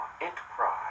Enterprise